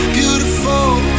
beautiful